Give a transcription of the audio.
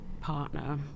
partner